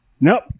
Nope